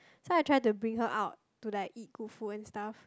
so I try to bring her out to like eat good food and stuff